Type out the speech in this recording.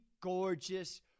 gorgeous